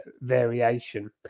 variation